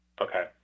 Okay